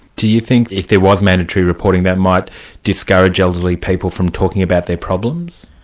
do you think if there was mandatory reporting, that might discourage elderly people from talking about their problems?